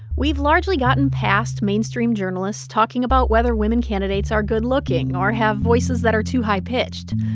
we've largely gotten past mainstream journalists talking about whether women candidates are good-looking or have voices that are too high-pitched.